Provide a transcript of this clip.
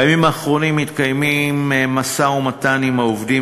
בימים האחרונים מתקיים משא-ומתן עם העובדים